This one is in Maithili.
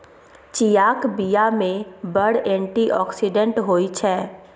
चीयाक बीया मे बड़ एंटी आक्सिडेंट होइ छै